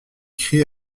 christ